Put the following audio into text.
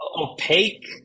opaque